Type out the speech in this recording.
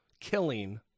killing